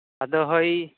ᱟᱫᱚ ᱦᱳᱭ